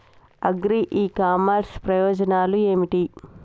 Agri e commerce ప్రయోజనాలు ఏమిటి?